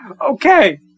Okay